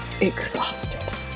exhausted